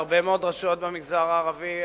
בהרבה מאוד רשויות במגזר הערבי,